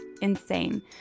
insane